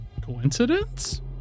Coincidence